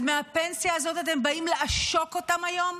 אז מהפנסיה הזאת אתם באים לעשוק אותם היום?